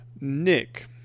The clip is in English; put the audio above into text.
Nick